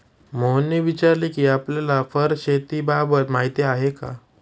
मोहनने विचारले कि आपल्याला फर शेतीबाबत माहीती आहे का?